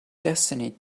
destiny